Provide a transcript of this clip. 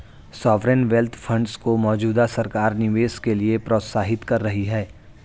sovereign wealth funds को मौजूदा सरकार निवेश के लिए प्रोत्साहित कर रही है